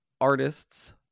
artist's